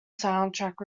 soundtrack